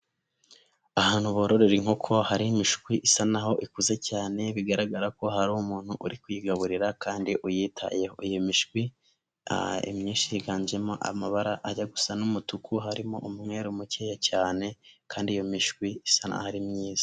Ahantu bororera inkoko hari imishwi isa naho ikuze cyane bigaragara ko hari umuntu uri kuyigaburira kandi uyitayeho. Iyo mishwi, aa imyinshi yiganjemo amabara ajya gusa n'umutuku harimo umweru mukeya cyane, kandi iyo mishwi isa naho ari myiza.